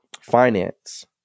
finance